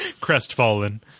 Crestfallen